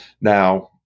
Now